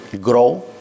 grow